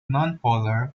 nonpolar